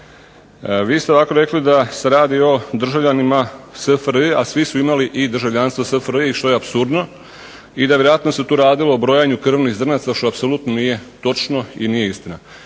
Vi ste ovako rekli da se radi o državljanima SFRJ a svi su imali državljanstvo SFRJ i što je apsurdno i vjerojatno se tu radilo o brojanju krvnih zrnaca što nije točno i nije istina.